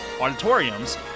auditoriums